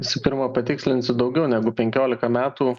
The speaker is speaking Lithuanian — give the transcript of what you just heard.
visų pirma patikslinsiu daugiau negu penkiolika metų